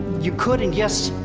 you could, and yes,